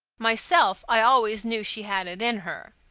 myself, i always knew she had it in her.